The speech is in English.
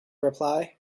reply